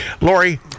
Lori